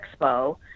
expo